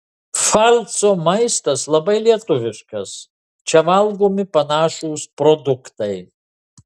pfalco maistas labai lietuviškas čia valgomi panašūs produktai